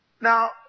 Now